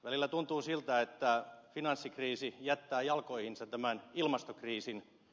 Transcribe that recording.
välillä tuntuu siltä että finanssikriisi jättää jalkoihinsa tämän ilmastokriisin